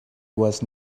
was